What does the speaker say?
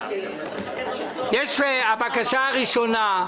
הבקשה הראשונה,